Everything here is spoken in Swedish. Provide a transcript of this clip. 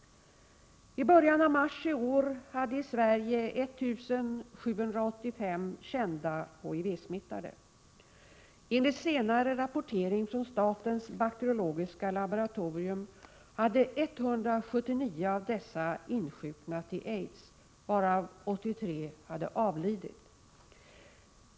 I början av mars i år hade Sverige 1 785 kända HIV-smittade. Enligt senare rapportering från statens bakteriologiska laboratorium hade 179 av dessa insjuknat i aids, varav 83 avlidit.